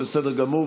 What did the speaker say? בסדר גמור.